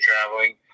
traveling